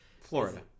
Florida